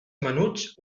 menuts